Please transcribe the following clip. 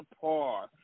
par